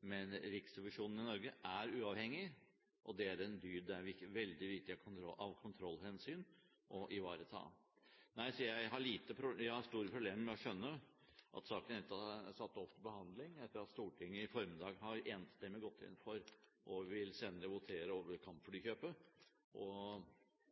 men Riksrevisjonen i Norge er uavhengig, og det er en dyd det av kontrollhensyn er veldig viktig å ivareta. Jeg har store problemer med å skjønne at saken i det hele tatt er satt opp til behandling etter at Stortinget i formiddag enstemmig har gått inn for og senere vil votere over kampflykjøpet.